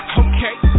okay